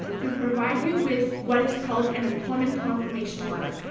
to provide you with what is called an employment confirmation letter,